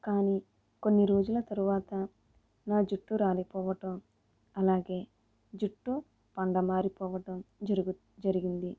కాని కొన్ని రోజుల తర్వాత నా జుట్టు రాలిపోవటం అలాగే జుట్టు పండ మారిపోవటం జరుగు జరిగింది